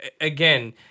again